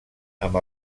amb